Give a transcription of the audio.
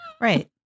Right